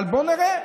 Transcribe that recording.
אבל בואו נראה,